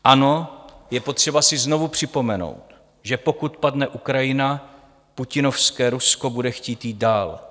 Ano, je potřeba si znovu připomenout, že pokud padne Ukrajina, putinovské Rusko bude chtít jít dál.